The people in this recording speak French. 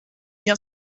bien